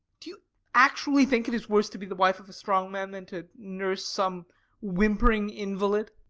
do you actually think it is worse to be the wife of a strong man than to nurse some whimpering invalid?